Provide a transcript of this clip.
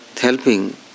helping